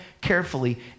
carefully